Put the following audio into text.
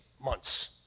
months